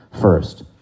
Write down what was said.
first